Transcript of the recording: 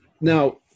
now